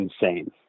insane